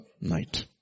night